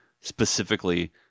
specifically